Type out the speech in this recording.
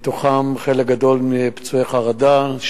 חלק גדול מהם פצועי חרדה,